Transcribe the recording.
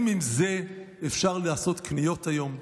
עם זה אפשר לעשות היום קניות?